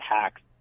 hacks